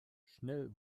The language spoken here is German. schnell